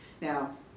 Now